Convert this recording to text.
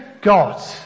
God